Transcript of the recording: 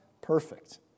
perfect